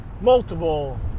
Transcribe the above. multiple